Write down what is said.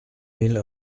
mille